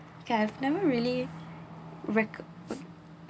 okay I've never really rec~ uh